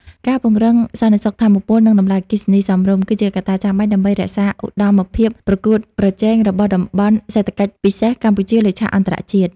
ការពង្រឹង "សន្តិសុខថាមពល" និងតម្លៃអគ្គិសនីសមរម្យ គឺជាកត្តាចាំបាច់ដើម្បីរក្សាឧត្តមភាពប្រកួតប្រជែងរបស់ តំបន់សេដ្ឋកិច្ចពិសេស កម្ពុជាលើឆាកអន្តរជាតិ។